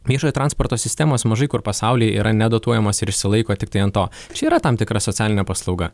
viešojo transporto sistemos mažai kur pasaulyje yra nedotuojamos išsilaiko tiktai ant to čia yra tam tikra socialinė paslauga